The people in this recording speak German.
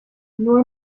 nur